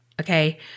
Okay